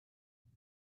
keep